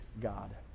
God